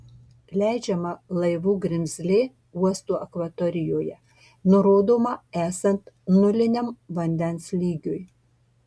leidžiama laivų grimzlė uosto akvatorijoje nurodoma esant nuliniam vandens lygiui